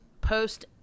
post